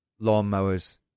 lawnmowers